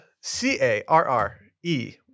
C-A-R-R-E